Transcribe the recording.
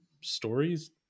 stories